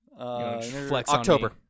October